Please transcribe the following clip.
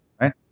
Right